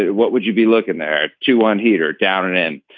what would you be looking there to one hitter down an. and